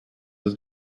his